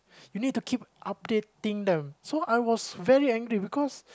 you need to keep updating them so I was very angry because